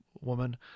woman